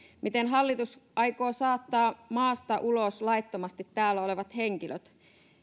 miten hallitus aikoo saattaa maasta ulos laittomasti täällä olevat henkilöt